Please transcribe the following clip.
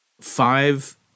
Five